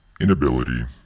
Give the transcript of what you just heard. inability